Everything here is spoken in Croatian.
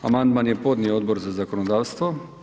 Amandman je podnio Odbor za zakonodavstvo.